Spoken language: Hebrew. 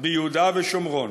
ביהודה ושומרון.